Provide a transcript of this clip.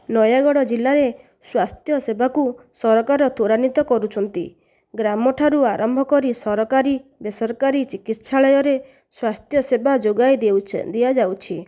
ନୟାଗଡ଼ ଜିଲ୍ଲାରେ ସ୍ଵାସ୍ଥ୍ୟ ସେବାକୁ ସରକାର ତ୍ୱରାନ୍ୱିତ କରୁଛନ୍ତି ଗ୍ରାମଠାରୁ ଆରମ୍ଭ କରି ସରକାରୀ ବେସରକାରୀ ଚିକିତ୍ସାଳୟରେ ସ୍ୱାସ୍ଥ୍ୟ ସେବା ଯୋଗାଇ ଦିଆଯାଉଛି